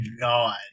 God